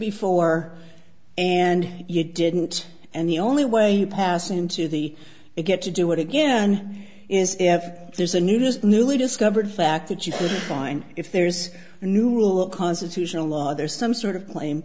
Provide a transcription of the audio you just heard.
before and you didn't and the only way you pass into the they get to do it again is if there's a new just newly discovered fact that you would find if there's a new rule constitutional law there's some sort of claim